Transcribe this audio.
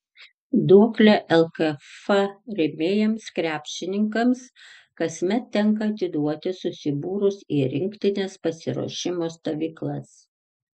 duoklę lkf rėmėjams krepšininkams kasmet tenka atiduoti susibūrus į rinktinės pasiruošimo stovyklas